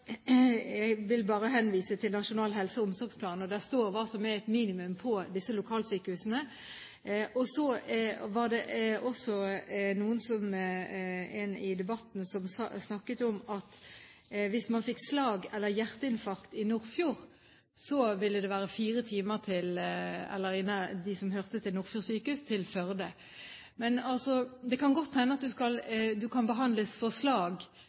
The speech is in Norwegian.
omsorgsplan, der det står hva som er et minimum på disse lokalsykehusene. Så var det også en i debatten som snakket om at hvis man fikk slag eller hjerteinfarkt i Nordfjord, ville det være fire timer for dem om hørte til Nordfjord sjukehus, til Førde. Det kan godt hende du kan behandles for slag, i hvert fall få den første behandling, på et lokalsykehus. Det skal du i så fall også få i fremtiden. Men har du